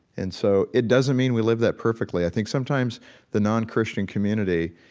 and so it doesn't mean we live that perfectly. i think sometimes the non-christian community,